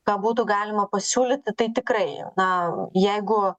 ką būtų galima pasiūlyti tai tikrai na jeigu